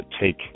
take